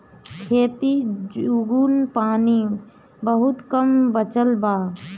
खेती जुगुत पानी बहुत कम बचल बा